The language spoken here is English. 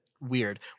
weird